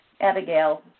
Abigail